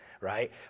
right